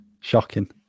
shocking